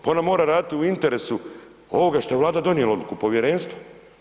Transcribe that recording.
Pa ona moram raditi u interesu ovoga što je Vlada donijela odluku, Povjerenstva.